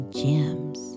gems